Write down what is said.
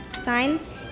Signs